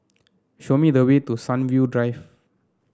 show me the way to Sunview Drive